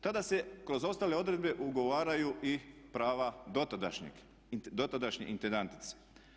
Tada se kroz ostale odredbe ugovaraju i prava dotadašnje intendantice.